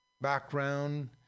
background